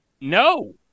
No